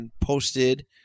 posted